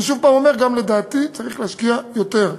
אני שוב אומר, גם לדעתי צריך להשקיע יותר.